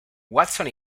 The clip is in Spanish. watson